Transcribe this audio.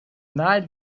night